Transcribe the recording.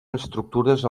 estructures